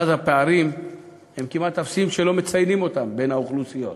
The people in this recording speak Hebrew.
ואז הפערים הם כמעט אפסיים כשלא מציינים אותם בקרב האוכלוסיות.